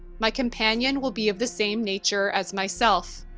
my companion will be of the same nature as myself,